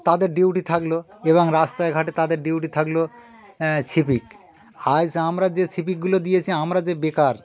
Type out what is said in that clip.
তাদের ডিউটি থাকল এবং রাস্তায় ঘাটে তাদের ডিউটি থাকল সিভিক আজ আমরা যে সিভিকগুলো দিয়েছি আমরা যে বেকার